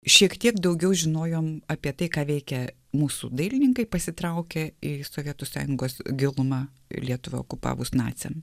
šiek tiek daugiau žinojom apie tai ką veikia mūsų dailininkai pasitraukę į sovietų sąjungos gilumą lietuvą okupavus naciam